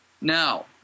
Now